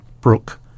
Brook